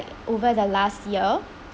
over the last year